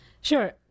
Sure